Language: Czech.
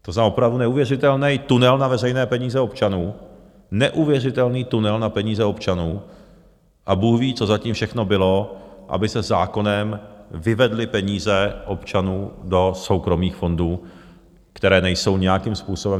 To znamená, opravdu neuvěřitelný tunel na veřejné peníze občanů neuvěřitelný tunel na peníze občanů a bůhví, co zatím všechno bylo, aby se zákonem vyvedly peníze občanů do soukromých fondů, které nejsou nějakým způsobem...